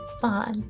fun